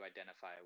identify